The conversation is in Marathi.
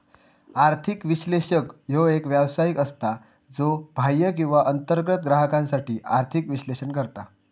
आर्थिक विश्लेषक ह्यो एक व्यावसायिक असता, ज्यो बाह्य किंवा अंतर्गत ग्राहकांसाठी आर्थिक विश्लेषण करता